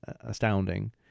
astounding